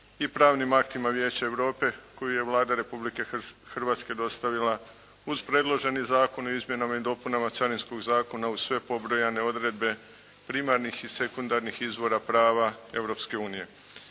i pravnima aktima Vijeća Europe koji je Vlada Republike Hrvatske dostavila uz predloženi Zakon o izmjenama i dopunama Carinskog zakona uz sve pobrojane odredbe primarnih i sekundarnih izvora prava